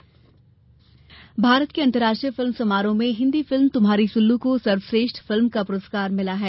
film पुरस्कार भारत के अंतर्राष्ट्रीय फिल्म समारोह में हिन्दी फिल्म तुम्हारी सुल्लू को सर्वश्रेष्ठ फिल्म का पुरस्कार मिला है